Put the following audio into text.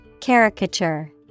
Caricature